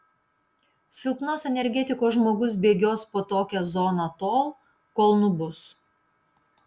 silpnos energetikos žmogus bėgios po tokią zoną tol kol nubus